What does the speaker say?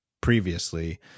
previously